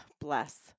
bless